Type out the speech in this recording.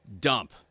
dump